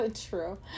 true